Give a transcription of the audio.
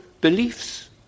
beliefs